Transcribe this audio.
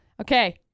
okay